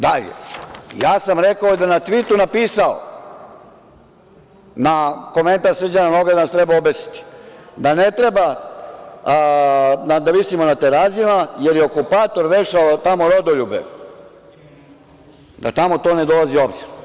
Dalje, ja sam rekao da je na tvitu napisao na komentar Srđana Noga, da nas treba obesiti, da ne treba da visimo na Terazijama, jer je okupator vešao tamo rodoljube, da tamo to ne dolazi u obzir.